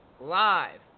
live